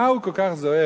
מה הוא כל כך זועק,